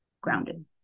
grounded